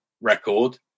record